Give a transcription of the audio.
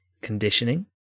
conditioning